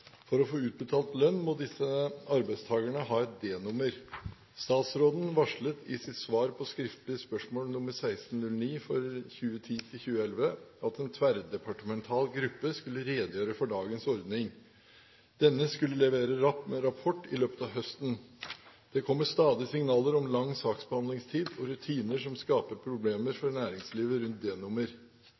For å få utbetalt lønn må disse arbeidstakerne ha et D-nummer. Statsråden varslet i sitt svar på skriftlig spørsmål nr. 1 609 for 2010–2011 at en tverrdepartemental gruppe skulle redegjøre for dagens ordning. Denne skulle levere rapport i løpet av høsten. Det kommer stadig signaler om lang saksbehandlingstid og rutiner som skaper problemer for næringslivet rundt